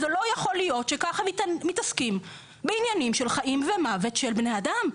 זה לא יכול להיות שכך מתעסקים בעניינים של חיים ומוות של בני אדם,